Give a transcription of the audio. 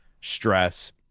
stress